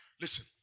Listen